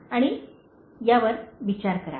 आणि यावर विचार करा